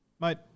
Mate